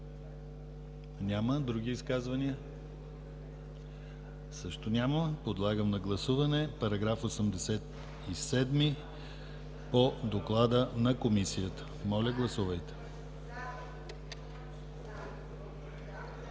Няма. Други изказвания? Също няма. Подлагам на гласуване § 87 по доклада на Комисията. Моля, гласувайте.